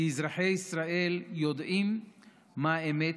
כי אזרחי ישראל יודעים מה אמת.